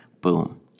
boom